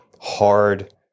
hard